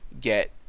get